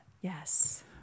Yes